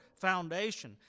foundation